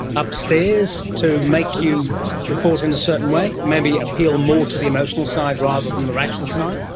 upstairs, to make you report in a certain way, maybe appeal more to the emotional side rather than the rational side?